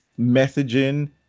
messaging